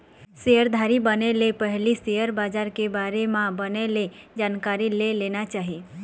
सेयरधारी बने ले पहिली सेयर बजार के बारे म बने ले जानकारी ले लेना चाही